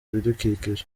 ibidukikije